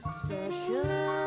special